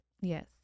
Yes